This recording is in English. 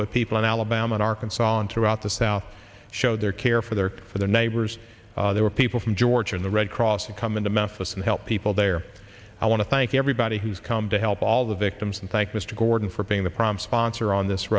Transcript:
by people in alabama arkansas and throughout the south showed their care for their for their neighbors there were people from georgia in the red cross to come into memphis and help people there i want to thank everybody who's come to help all the victims and thank mr gordon for being the prime sponsor on this